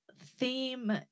theme